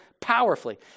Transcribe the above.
powerfully